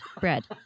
bread